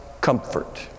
comfort